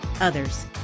others